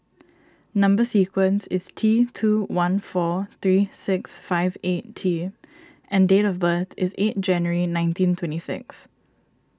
Number Sequence is T two one four three six five eight T and date of birth is eight January nineteen twenty six